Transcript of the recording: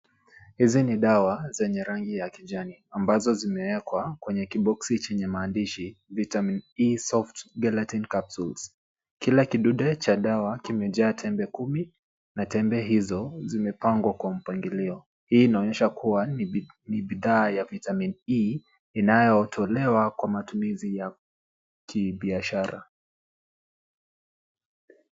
Hizi ni dawa zenye rangi ya kijani ambazo zimewekwa kwenye kiboksi chenye maandishi vitamin E soft Gelatin Capsules kila kidude cha dawa kimejaa tembe kumi na tembe hizo zimepangwa kwa mpangilio, hii inaonyesha kuwa ni bidhaa ya vitamin E inayotolewa kwa matumizi ya kibiashara.